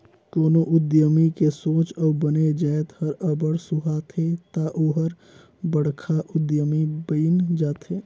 कोनो उद्यमी के सोंच अउ बने जाएत हर अब्बड़ सुहाथे ता ओहर बड़खा उद्यमी बइन जाथे